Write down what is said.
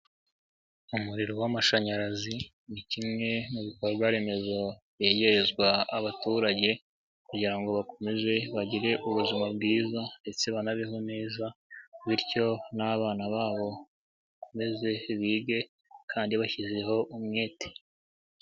Umuriro w'amashanyarazi ni kimwe mu bikorwa remezo byegerezwa abaturage kugira ngo bakomeze bagire ubuzima bwiza ndetse banabeho neza, bityo n'abana bakomeze bige kandi bashyizeho umwete.